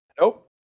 Nope